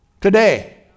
Today